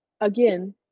Again